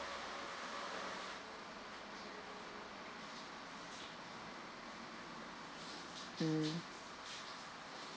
mm